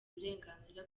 uburenganzira